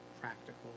practical